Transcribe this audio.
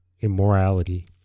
immorality